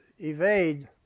evade